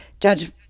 judge